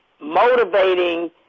motivating